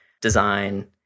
design